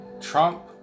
Trump